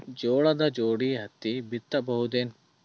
ಜೋಳದ ಜೋಡಿ ಹತ್ತಿ ಬಿತ್ತ ಬಹುದೇನು?